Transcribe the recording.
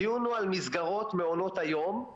הדיון הוא על מסגרות מעונות היום,